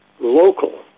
local